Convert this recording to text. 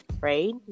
right